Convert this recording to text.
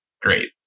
great